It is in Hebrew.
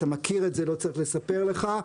אתה מכיר את זה ולא צריך לספר לך,